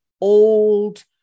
old